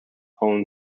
own